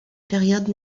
période